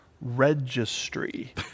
registry